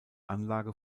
anlage